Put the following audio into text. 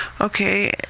Okay